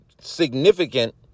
significant